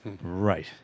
Right